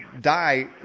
die